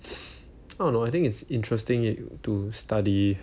I don't know I think it's interesting to study